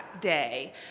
day